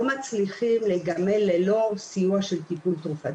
מצליחים להיגמל ללא סיוע של טיפול תרופתי.